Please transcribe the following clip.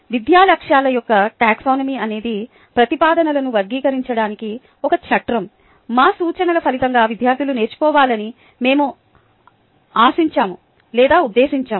విద్యా లక్ష్యాల యొక్క టాక్సానమీ అనేది ప్రతిపాదనలను వర్గీకరించడానికి ఒక చట్రం మా సూచనల ఫలితంగా విద్యార్థులు నేర్చుకోవాలని మేము ఆశించాము లేదా ఉద్దేశించాము